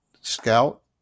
scout